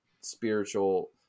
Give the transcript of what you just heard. spiritual